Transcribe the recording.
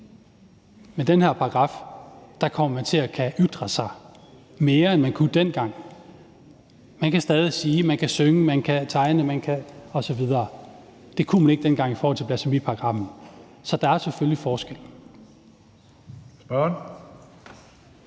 Med den her paragraf kommer man til at kunne ytre sig mere, end man kunne dengang. Man kan stadig sige ting, man kan synge, og man kan tegne osv. Det kunne man ikke dengang i forhold til blasfemiparagraffen. Så der er jo selvfølgelig forskel. Kl.